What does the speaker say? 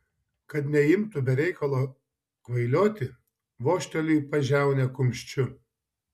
kad neimtų be reikalo kvailioti vožteliu į pažiaunę kumščiu